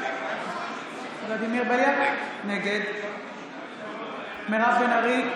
נגד מירב בן ארי,